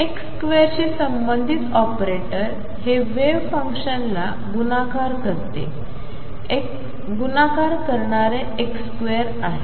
x2 शी संबंधित operator हे वेव्ह फंक्शनला गुणाकार करणारे x2 आहे